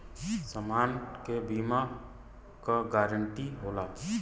समान के बीमा क गारंटी होला